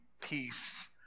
peace